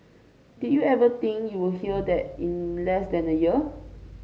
did you ever think you would hear that in less than a year